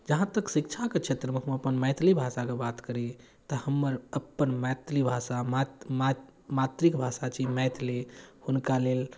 जहाँ तक शिक्षाके क्षेत्रमे हम अपन मैथिली भाषाके बात करी तऽ हमर अपन मातृभाषा मात्रिक भाषा छी मैथिली हुनका लेल